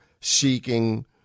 seeking